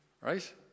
Right